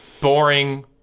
boring